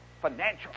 financial